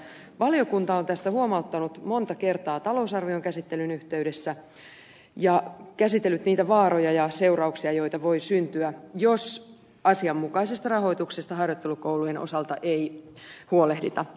valiokunta on tästä huomauttanut monta kertaa talousarvion käsittelyn yhteydessä ja käsitellyt niitä vaaroja ja seurauksia joita voi syntyä jos asianmukaisesta rahoituksesta harjoittelukoulujen osalta ei huolehdita